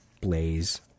Blaze